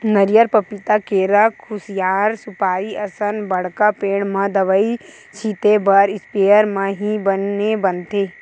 नरियर, पपिता, केरा, खुसियार, सुपारी असन बड़का पेड़ म दवई छिते बर इस्पेयर म ही बने बनथे